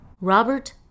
Robert